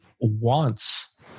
wants